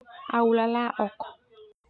Au lalaok.untuk memeastikan